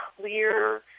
clear